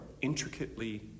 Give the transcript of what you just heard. intricately